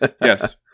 Yes